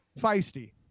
Feisty